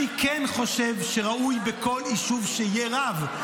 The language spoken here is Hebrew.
אני כן חושב שראוי שבכל יישוב יהיה רב.